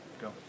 go